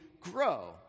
grow